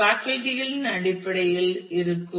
faculty களின் அடிப்படையில் இருக்கும்